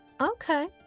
Okay